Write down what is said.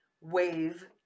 wave